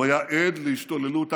הוא היה עד להשתוללות האנטישמיות.